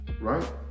right